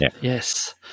yes